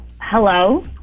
Hello